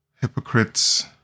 hypocrites